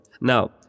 now